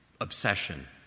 obsession